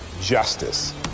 justice